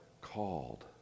called